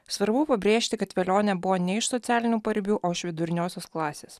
svarbu pabrėžti kad velionė buvo ne iš socialinių paribių o iš viduriniosios klasės